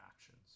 actions